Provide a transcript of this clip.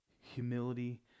humility